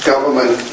government